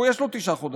הוא, יש לו תשעה חודשים,